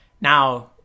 now